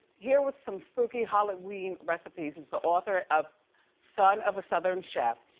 here with some spooky halloween recipes is the author of son of a southern chef.